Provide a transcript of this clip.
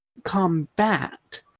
combat